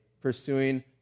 pursuing